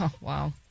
Wow